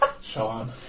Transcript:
Sean